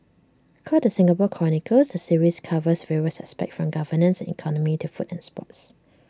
called the Singapore chronicles the series covers various aspects from governance and economy to food and sports